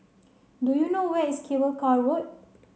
do you know where is Cable Car Road